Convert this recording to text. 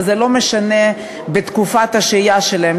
וזה לא משנה מה תקופת השהייה שלהן,